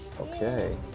Okay